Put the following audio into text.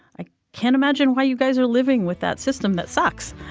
i can't imagine why you guys were living with that system that sucks.